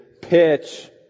pitch